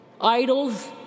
idols